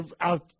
out